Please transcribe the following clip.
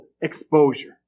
exposure